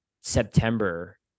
september